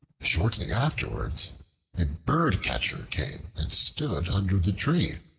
shortly afterwards a birdcatcher came and stood under the tree,